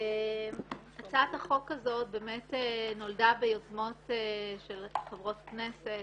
הצעת החוק הזאת נולדה ביוזמות של חברות כנסת,